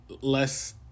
less